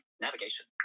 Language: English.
navigation